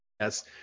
Yes